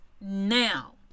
now